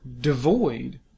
devoid